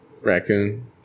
raccoon